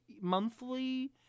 monthly